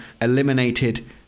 eliminated